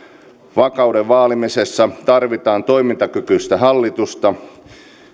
vakauden vaalimisessa tarvitaan toimintakykyistä hallitusta